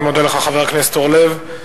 אני מודה לך, חבר הכנסת אורלב.